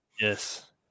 Yes